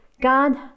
God